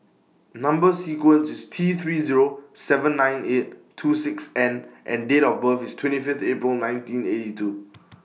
Number sequence IS T three Zero seven nine eight two six N and Date of birth IS twenty Fifth April nineteen eighty two